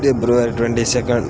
February twenty second